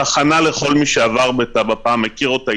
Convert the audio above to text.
לכל מי שעבר אי-פעם בטאבה ומכיר אותה,